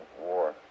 war